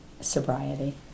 sobriety